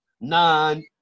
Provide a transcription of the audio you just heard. nine